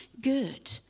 good